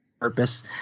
purpose